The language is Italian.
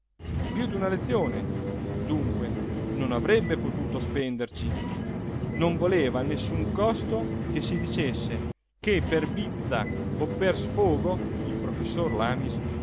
catara piú d'una lezione dunque non avrebbe potuto spenderci non voleva a nessun costo che si dicesse che per bizza o per sfogo il professor lamis